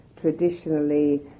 traditionally